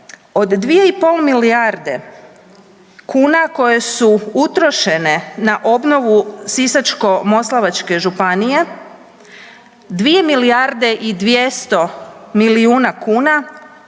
i pol milijarde kuna koje su utrošene na obnovu Sisačko-moslavačke županije 2 milijarde i 200 milijuna kuna